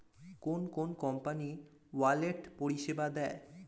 কোন কোন company wallet পরিষেবা দেয়?